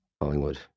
Collingwood